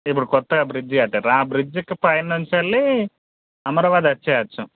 ఇప్పుడు కొత్తగా బ్రిడ్జ్ కట్టిర్రు ఆ బ్రిడ్జికు పై నుంచి వెళ్ళి అమ్రాబాద్ వచ్చేయచ్చు